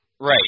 Right